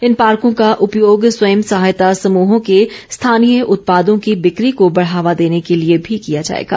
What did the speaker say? इन पार्को का उपयोग स्वयं सहायता समूहों के स्थानीय उत्पादों की बिक्री को बढ़ावा देने के लिए भी किया जाएगा